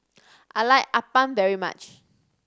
I like appam very much